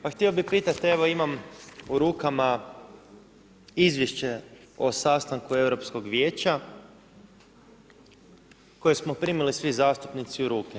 Pa htio bih pitati, evo imam u rukama izvješće o sastanku Europskog vijeća kojeg smo primili svi zastupnici u ruke.